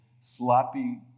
sloppy